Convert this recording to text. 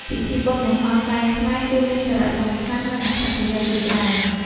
ពិធីបុណ្យបង្ហោះខ្លែងខ្មែរ គឹមានសារៈសំខាន់ និងអត្ថប្រយោជន៍ជាច្រើន។